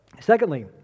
Secondly